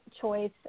choice